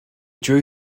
drew